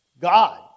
God